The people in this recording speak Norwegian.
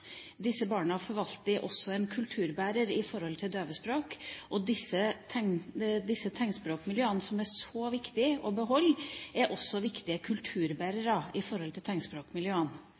Disse barna er også kulturbærere for døvespråket, og disse tegnspråkmiljøene, som det er så viktig å beholde, er også viktige kulturbærere